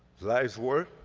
lives were,